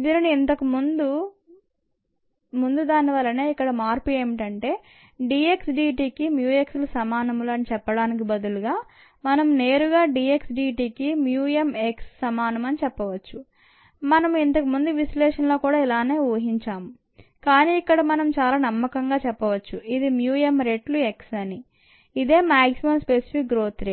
ఇది ఇంతకు ముందు దాని వలెనే ఒక మార్పుఏమిటంటే dx dtకి mu x సమానములు అని చెప్పడానికి బదులుగా మనము నేరుగా dx dtకి mu m x సమానము అని చెప్పవచ్చు మనము ఇంతకు ముందు విశ్లేషణలో కూడా ఇలానే ఊహించాము కానీ ఇక్కడ మనము చాలా నమ్మకంగా చెప్పవచ్చు ఇది MU m రెట్లు x అని ఇదే మాక్సిమం స్పెసిఫిక్ గ్రోత్ రేట్